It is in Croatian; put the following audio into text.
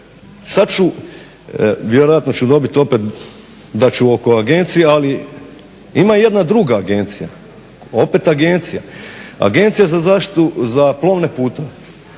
Sada ću vjerojatno ću dobiti opet da ću oko agencije ali ima jedna druga agencija, opet agencija. Agencija za zaštitu za plovne putove